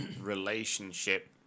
relationship